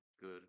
good